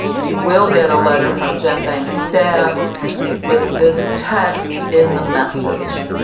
you will get a letter from genbank staff with this text in the message.